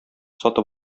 сатып